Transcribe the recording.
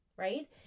Right